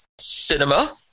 cinema